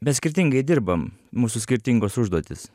mes skirtingai dirbam mūsų skirtingos užduotys